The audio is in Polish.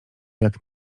jak